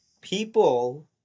People